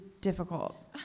difficult